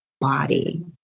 body